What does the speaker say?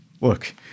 look